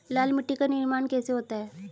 लाल मिट्टी का निर्माण कैसे होता है?